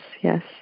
yes